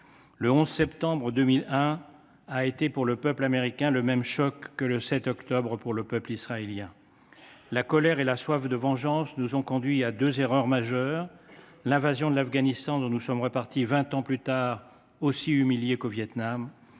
Le 11 septembre 2001 a été pour le peuple américain le même choc que le 7 octobre pour le peuple israélien. La colère et la soif de vengeance nous ont conduits à deux erreurs majeures : l’invasion de l’Afghanistan, dont nous sommes repartis vingt ans plus tard aussi humiliés qu’au Vietnam,